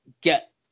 get